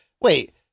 wait